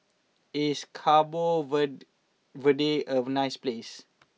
is Cabo vent Verde a nice place